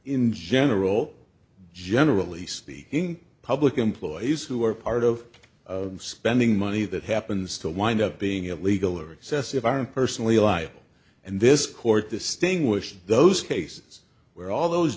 in general generally speaking public employees who are part of spending money that happens to wind up being illegal or excessive aren't personally liable and this court distinguish those cases where all those